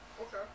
Okay